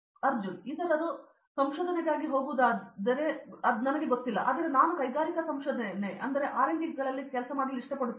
ಅರ್ಜುನ್ ಇತರರು ನಾನು ಸಂಶೋಧನೆಗಾಗಿ ಹೋಗುವುದಾದರೆ ಆದರೆ ನನಗೆ ಗೊತ್ತಿಲ್ಲ ಆದರೆ ನಾನು ಕೈಗಾರಿಕಾ ಸಂಶೋಧನೆಯಲ್ಲಿ ಕೆಲಸ ಮಾಡಲು ಇಷ್ಟಪಡುತ್ತೇನೆ